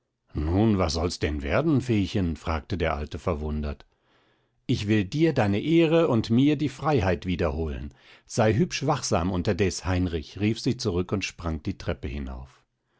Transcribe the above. nun was soll's denn werden feechen fragte der alte verwundert ich will dir deine ehre und mir die freiheit wieder holen sei hübsch wachsam unterdes heinrich rief sie zurück und sprang die treppe hinauf